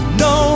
no